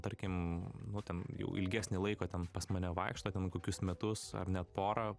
tarkim nu ten jau ilgesnį laiką ten pas mane vaikšto ten kokius metus ar ne porą